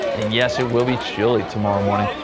and yes it will be chilly tomorrow morning.